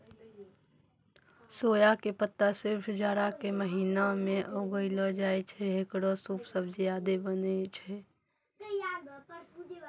सोया के पत्ता सिर्फ जाड़ा के महीना मॅ उगैलो जाय छै, हेकरो सूप, सब्जी आदि बनै छै